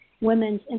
women's